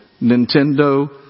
Nintendo